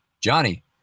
Johnny